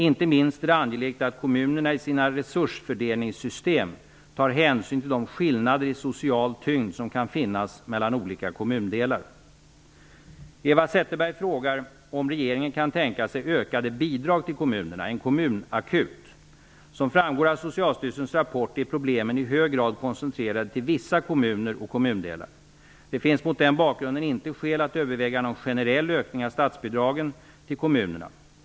Inte minst är det angeläget att kommunerna i sina resursfördelningssystem tar hänsyn till de skillnader i social tyngd som kan finnas mellan olika kommundelar. Eva Zetterberg frågar om regeringen kan tänka sig ökade bidrag till kommunerna, en kommunakut. Som framgår av Socialstyrelsens rapport är problemen i hög grad koncentrerade till vissa kommuner och kommundelar. Det finns mot den bakgrunden inte skäl att överväga någon generell ökning av statsbidragen till kommunerna.